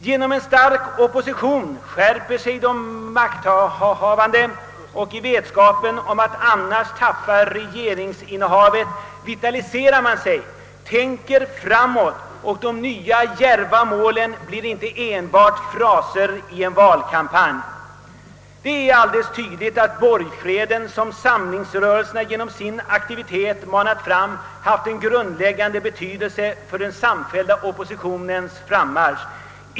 Genom en stark opposition skärper sig de makthavande, och i vetskapen om att annars tappa regeringsinnehavet vitaliserar man sig, tänker framåt, och de nya djärva målen blir inte enbart fraser i en valkampanj. Det är alldeles tydligt att borgfreden som samlingsrörelserna genom sin aktivitet manat fram haft en grundläggande betydelse för den samfällda oppositionens frammarsch.